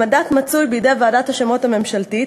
המנדט מצוי בידי ועדת השמות הממשלתית